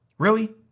really?